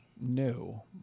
No